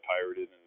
pirated